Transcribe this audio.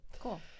Cool